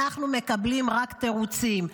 אנחנו מקבלים רק תירוצים.